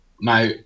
Now